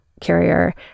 carrier